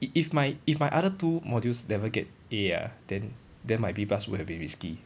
if my if my other two modules never get A ah then then my B plus would have been risky